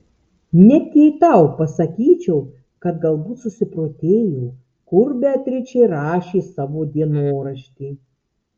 net jei tau pasakyčiau kad galbūt susiprotėjau kur beatričė rašė savo dienoraštį